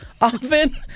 often